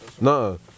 No